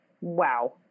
Wow